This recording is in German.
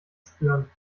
spüren